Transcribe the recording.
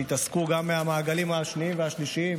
שהתעסקו גם במעגלים השניים והשלישיים,